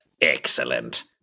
Excellent